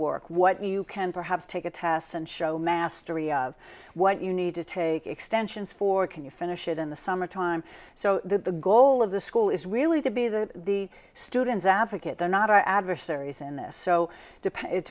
work what you can perhaps take a test and show mastery of what you need to take extensions for can you finish it in the summer time so that the goal of the school is really to be that the students advocate are not our adversar